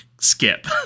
skip